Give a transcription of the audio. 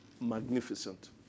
Magnificent